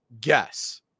guess